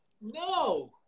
no